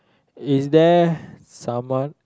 is there someone